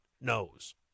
knows